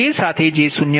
તે સાથે j 0